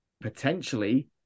potentially